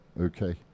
Okay